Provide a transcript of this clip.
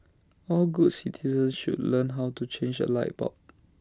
all good citizens should learn how to change A light bulb